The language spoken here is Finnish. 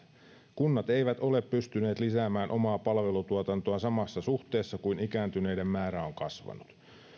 kunnat eivät ole pystyneet lisäämään omaa palvelutuotantoaan samassa suhteessa kuin ikääntyneiden määrä on kasvanut